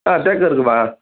ஆ தேக்கு இருக்குதும்மா